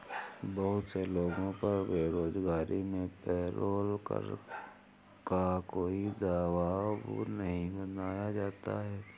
बहुत से लोगों पर बेरोजगारी में पेरोल कर का कोई दवाब नहीं बनाया जाता है